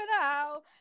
now